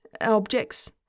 objects